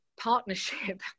partnership